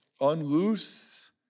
unloose